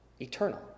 eternal